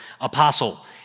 apostle